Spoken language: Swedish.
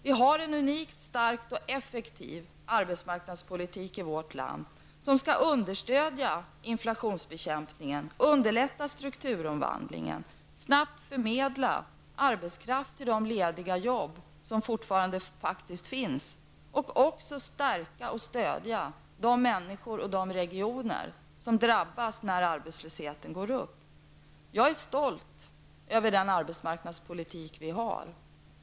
Vi har en unikt stark och effektiv arbetsmarknadspolitik i vårt land, som skall understödja inflationsbekämpningen, underlätta strukturomvandlingen, snabbt förmedla arbetskraft till de lediga jobb som fortfarande faktiskt finns samt stärka och stödja de människor och de regioner som drabbas när arbetslösheten ökar. Jag är stolt över den arbetsmarknadspolitik vi har.